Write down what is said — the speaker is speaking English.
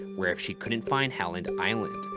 where if she couldn't find howland island,